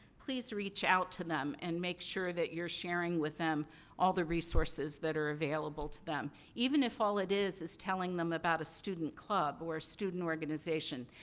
please reach out to them and make sure that you're sharing with them all the resources that are available to them. even if all it is is telling them about a student club or a student organization,